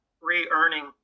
re-earning